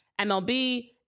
MLB